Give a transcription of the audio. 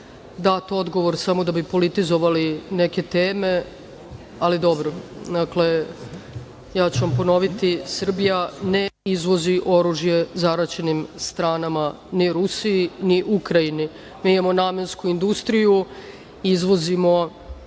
dat odgovor, samo da bi politizovali neke teme, ali, dobro. Ja ću vam ponoviti - Srbija ne izvozi oružje zaraćenim stranama, ni Rusiji, ni Ukrajini. Mi imamo namensku industriju, izvozimo